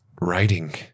writing